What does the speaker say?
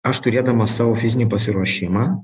aš turėdamas savo fizinį pasiruošimą